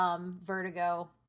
vertigo